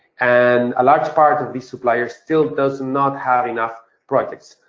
and a large part of these suppliers still does not have enough projects.